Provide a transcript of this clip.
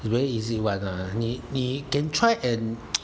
is very easy [one] ah 你你 can try and